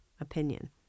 opinion